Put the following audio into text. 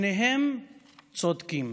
שניהם צודקים.